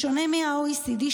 בשונה מה-OECD,